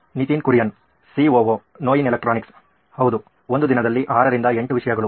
Nitin Kurian COO ನೋಯಿನ್ electronics ಹೌದು ಒಂದು ದಿನದಲ್ಲಿ 6 ರಿಂದ 8 ವಿಷಯಗಳು